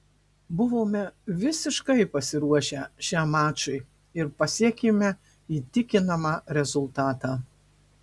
buvome visiškai pasiruošę šiam mačui ir pasiekėme įtikinamą rezultatą